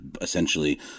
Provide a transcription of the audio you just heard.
essentially